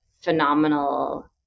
phenomenal